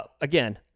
again